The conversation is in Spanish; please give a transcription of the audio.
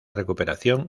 recuperación